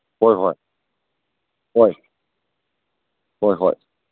ꯍꯣꯏ ꯍꯣꯏ ꯍꯣꯏ ꯍꯣꯏ ꯍꯣꯏ